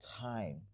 time